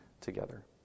together